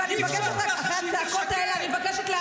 לא היה חבל, תפסיקי להפיץ פייק.